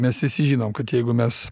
mes visi žinom kad jeigu mes